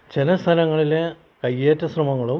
ചില സ്ഥലങ്ങളിൽ കയ്യേറ്റ ശ്രമങ്ങളും